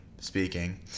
speaking